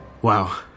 Wow